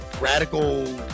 radical